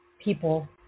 people